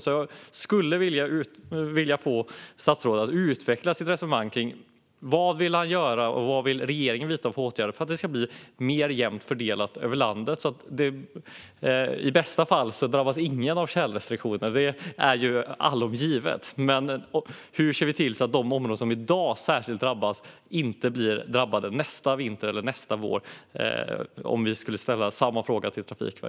Jag skulle därför vilja att statsrådet utvecklar sitt resonemang kring vad han och regeringen vill göra för att det ska bli bättre. I bästa fall ska ingen behöva drabbas av tjälrestriktioner, men hur ser vi till att de områden som är särskilt drabbade i dag inte drabbas nästa vinter och vår?